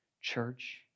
Church